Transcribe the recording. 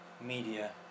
media